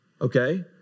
Okay